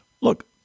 look